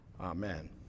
Amen